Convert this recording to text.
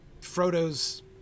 Frodo's